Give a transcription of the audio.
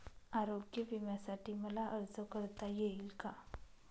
आरोग्य विम्यासाठी मला अर्ज करता येईल का?